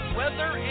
weather